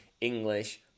English